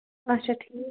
اچھا ٹھیٖک